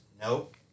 Nope